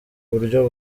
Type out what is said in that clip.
buryo